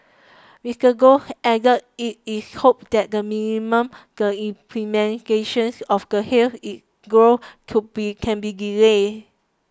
Mister Goh added it is hoped that the minimum the implementations of the halt in growth could be can be delayed